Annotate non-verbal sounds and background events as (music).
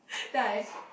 (laughs) then I